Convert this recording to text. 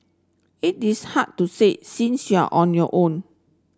it is hard to say since you're on your own